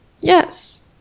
Yes